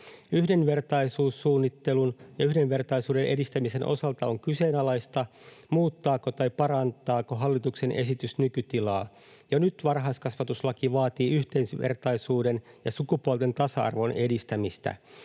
Yhdenvertaisuussuunnittelun ja yhdenvertaisuuden edistämisen osalta on kyseenalaista, muuttaako tai parantaako hallituksen esitys nykytilaa. Jo nyt varhaiskasvatuslaki vaatii yhdenvertaisuuden ja sukupuolten tasa-arvon edistämistä,